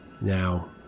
Now